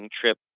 trip